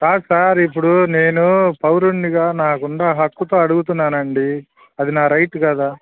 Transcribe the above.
కాదు సార్ ఇప్పుడు నేను పౌరునిగా నాకుండా హక్కుతో అడుగుతున్నా అండి అది నా రైట్ కాదా